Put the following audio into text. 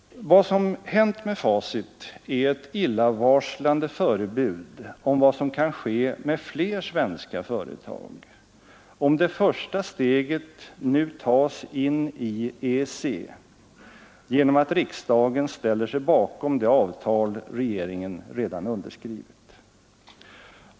Vad som hänt med Facit är ett illavarslande förebud om vad som kan ske med fler svenska företag om det första steget nu tas in i EEC genom att riksdagen ställer sig bakom det avtal regeringen redan underskrivit.